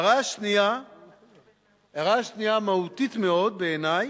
ההערה השנייה מהותית מאוד בעיני,